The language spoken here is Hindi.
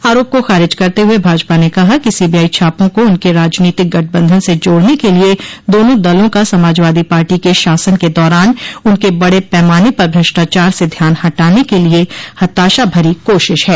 आरोप का खारिज करते हुए भाजपा ने कहा कि सीबीआई छापों को उनके राजनीतिक गठबंधन से जोड़ने के लिए दोनों दलों का समाजवादी पार्टी के शासन के दारान उनके बड़े पैमाने पर भ्रष्टाचार से ध्यान हटाने के लिए हताशा भरी कोशिश है